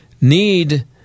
need